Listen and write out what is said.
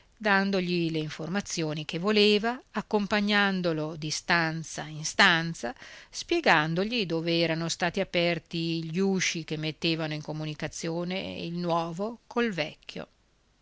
dandogli le informazioni che voleva accompagnandolo di stanza in stanza spiegandogli dove erano stati aperti gli usci che mettevano in comunicazione il nuovo col vecchio